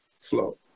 Flow